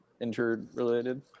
injured-related